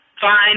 fine